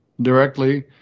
directly